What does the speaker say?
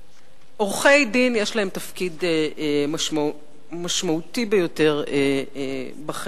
עורכי-דין, יש להם תפקיד משמעותי ביותר בחברה.